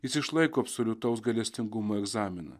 jis išlaiko absoliutaus gailestingumo egzaminą